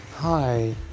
Hi